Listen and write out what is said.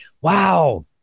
wow